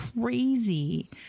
crazy